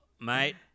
mate